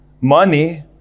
money